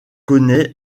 connaît